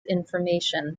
information